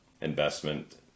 investment